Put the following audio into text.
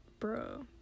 bro